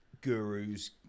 gurus